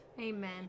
Amen